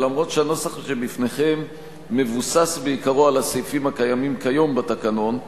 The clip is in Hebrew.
ואף-על-פי שהנוסח שבפניכם מבוסס בעיקרו על הסעיפים הקיימים כיום בתקנון,